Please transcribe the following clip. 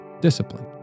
Discipline